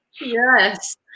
Yes